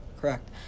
Correct